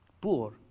poor